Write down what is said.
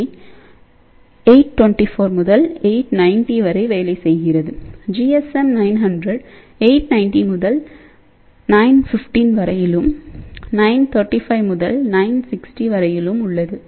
ஏ 824 முதல் 890 வரை வேலை செய்கிறதுGSM900 890 முதல் 915 வரையிலும் 935 முதல் 960 வரையிலும் உள்ளது